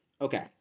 Okay